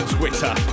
Twitter